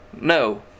No